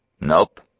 Nope